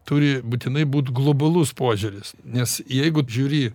turi būtinai būt globalus požiūris nes jeigu žiūri